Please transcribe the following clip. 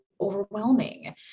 overwhelming